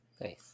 Nice